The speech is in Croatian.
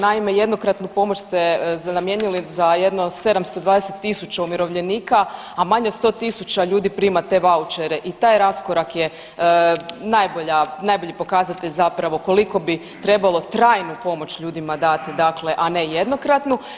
Naime, jednokratnu pomoć ste namijenili za jedno 720.000 umirovljenika, a manje od 100.000 ljudi prima te vaučere i taj raskorak je najbolja, najbolji pokazatelj zapravo koliko bi trebalo trajnu pomoć ljudima dati dakle, a ne jednokratnu.